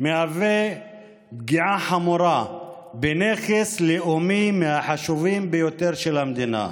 מהווה פגיעה חמורה בנכס לאומי מהחשובים ביותר של המדינה.